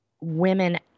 women